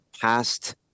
past